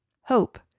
hope